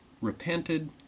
repented